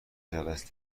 جلسه